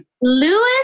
Lewis